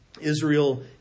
Israel